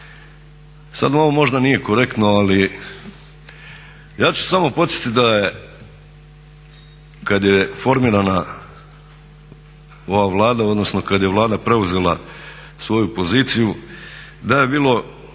Sad ovo možda nije korektno ali ja ću samo podsjetiti da kad je formirana ova Vlada, odnosno kad je Vlada preuzela svoju poziciju da je bilo